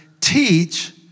teach